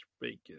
bacon